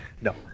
No